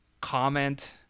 comment